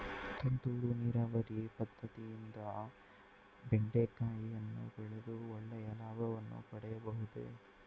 ತುಂತುರು ನೀರಾವರಿ ಪದ್ದತಿಯಿಂದ ಬೆಂಡೆಕಾಯಿಯನ್ನು ಬೆಳೆದು ಒಳ್ಳೆಯ ಲಾಭವನ್ನು ಪಡೆಯಬಹುದೇ?